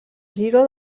giro